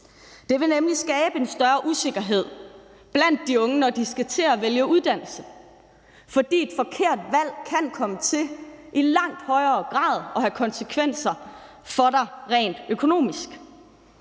Det vil nemlig skabe en større usikkerhed blandt de unge, når de skal til at vælge uddannelse, fordi et forkert valg i langt højere grad kan komme til at have konsekvenser for dem rent økonomisk.